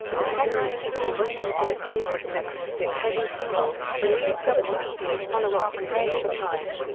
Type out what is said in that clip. the second single waiting for that day was an acoustic-heavy single, released as an immediate follow-up to praying for time.